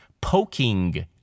poking